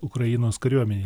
ukrainos kariuomenė